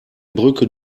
brücke